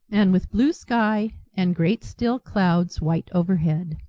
and with blue sky and great still clouds white overhead.